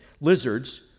Lizards